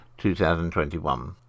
2021